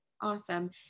Awesome